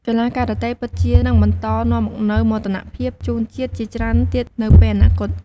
កីឡាការ៉ាតេពិតជានឹងបន្តនាំមកនូវមោទនភាពជូនជាតិជាច្រើនទៀតនៅពេលអនាគត។